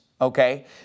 okay